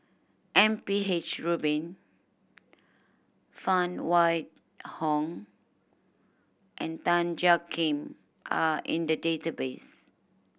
M P H Rubin Phan Wait Hong and Tan Jiak Kim are in the database